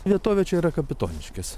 vietovė čia yra kapitoniškės